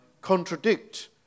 contradict